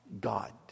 God